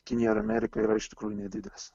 kinija ar amerika yra iš tikrųjų nedidelis